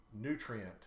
nutrient